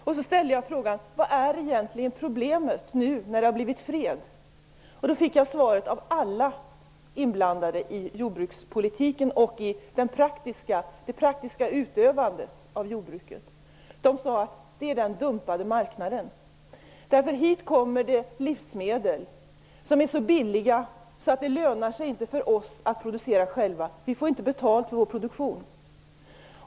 Jag ställde frågan: "Vad är egentligen problemet nu när det har blivit fred?" Då fick jag svaret av alla inblandade i jordbrukspolitiken och i det praktiska utövandet av jordbruket: "Det är den dumpade marknaden." De sade att dit kommer livsmedel som är så billiga att det inte lönar sig för dem att producera själva. De får inte betalt för produktionen.